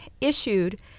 issued